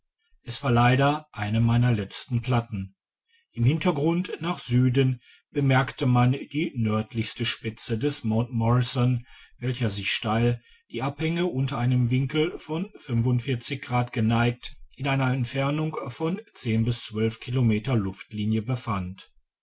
es war leider eine meiner letzten platten im hintergrund nach süden bemerkte man die nördlichste spitze des mt morrison welcher sich steil die abhänge unter einem winkel von grad geneigt in einer entfernung von zwölf kilometer luftlinie befand